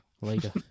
Later